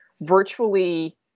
virtually